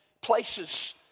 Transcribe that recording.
places